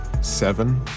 seven